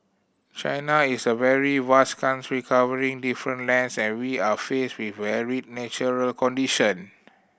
China is a very vast country covering different lands and we are faced with varied natural condition